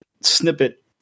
snippet